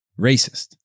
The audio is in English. racist